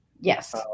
Yes